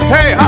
Hey